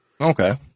Okay